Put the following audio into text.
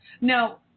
Now